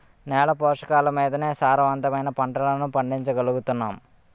నేల పోషకాలమీదనే సారవంతమైన పంటలను పండించగలుగుతున్నాం